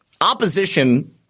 opposition